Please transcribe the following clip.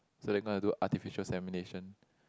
so they gonna do artificial semination